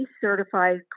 certified